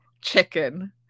chicken